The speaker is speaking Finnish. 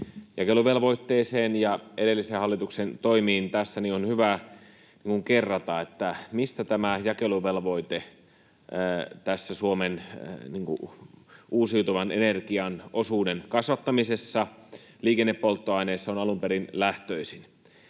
jakeluvelvoitteeseen ja edellisen hallituksen toimiin tässä, on hyvä minun kerrata, mistä tämä jakeluvelvoite tässä Suomen uusiutuvan energian osuuden kasvattamisessa liikennepolttoaineissa on alun perin lähtöisin.